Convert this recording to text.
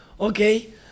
Okay